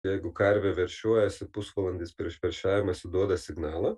jeigu karvė veršiuojasi pusvalandis prieš veršiavimąsi duoda signalą